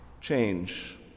change